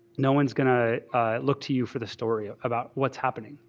no ones going to look to you for the story ah about what's happening.